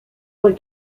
like